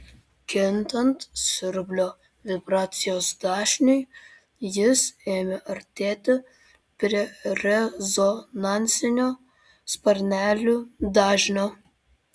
kintant siurblio vibracijos dažniui jis ėmė artėti prie rezonansinio sparnelių dažnio